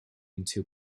into